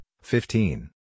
fifteen